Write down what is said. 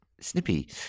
snippy